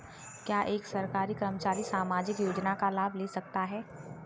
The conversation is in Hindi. क्या एक सरकारी कर्मचारी सामाजिक योजना का लाभ ले सकता है?